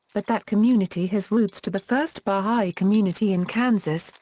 but that community has roots to the first baha'i community in kansas,